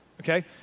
okay